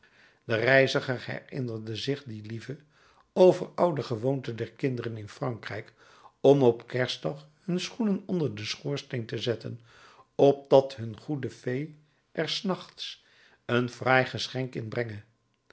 de reiziger herinnerde zich de lieve overoude gewoonte der kinderen in frankrijk om op den kerstdag hun schoenen onder den schoorsteen te zetten opdat hun goede fée er des nachts een